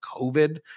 COVID